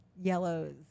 yellows